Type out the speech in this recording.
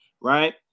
right